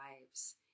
lives